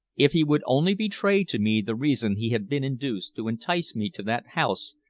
if he would only betray to me the reason he had been induced to entice me to that house,